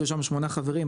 יש שם שמונה חברים,